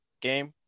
game